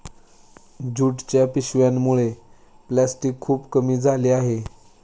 ज्यूटच्या पिशव्यांमुळे प्लॅस्टिक खूप कमी झाले आहे